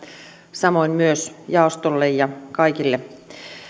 samoin myös jaostolle ja kaikille